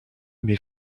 met